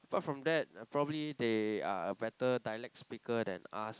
apart from that probably they are a better dialect speaker than us